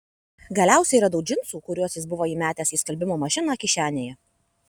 galiausiai radau džinsų kuriuos jis buvo įmetęs į skalbimo mašiną kišenėje